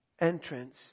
entrance